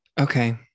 Okay